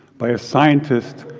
by a scientist,